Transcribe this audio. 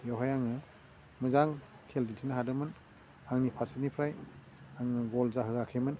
बेवहाय आङो मोजां खेल दिन्थिनो हादोंमोन आंनि फारसेनिफ्राय आङो गल जाहोआखैमोन